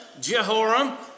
Jehoram